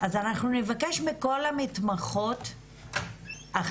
אז אנחנו נבקש מכל המתמחות שילדו,